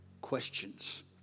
questions